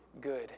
good